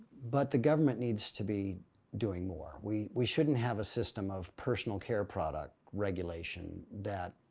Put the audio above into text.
but the government needs to be doing more. we we shouldn't have a system of personal care product regulation that,